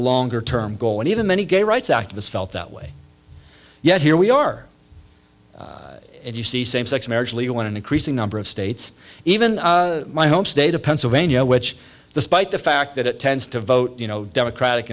longer term goal and even many gay rights activists felt that way yet here we are and you see same sex marriage legal in an increasing number of states even my home state of pennsylvania which the spite the fact that it tends to vote you know democratic